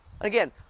Again